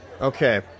Okay